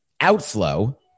Outflow